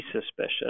suspicious